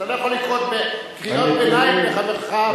אתה לא יכול לקרוא קריאת ביניים לחברך לסיעה.